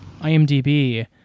IMDb